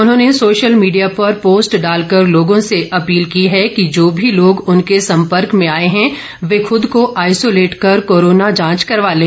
उन्होंने social media पर post डालकर लोगों से अपील की है कि जो भी लोग उनके सम्पर्क में आए हैं वे खूद को आइसोलेट कर कोरोना जांच करवा लें